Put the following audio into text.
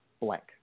blank